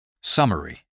summary